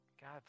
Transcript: God